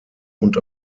und